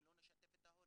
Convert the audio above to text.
אם לא נשתף את ההורים,